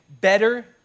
better